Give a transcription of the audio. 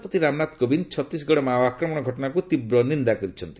ରାଷ୍ଟ୍ରପତି ରାମନାଥ କୋବିନ୍ଦ ଛତିଶଗଡ ମାଓ ଆକ୍ରମଣ ଘଟଣାକୁ ତୀବ୍ର ନିନ୍ଦା କରିଛନ୍ତି